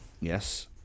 Yes